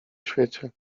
świecie